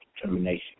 determination